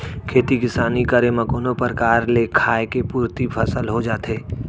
खेती किसानी करे म कोनो परकार ले खाय के पुरती फसल हो जाथे